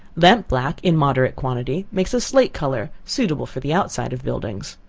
lamp-black, in moderate quantity, makes a slate color, suitable for the outside of buildings.